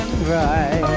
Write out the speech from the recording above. Right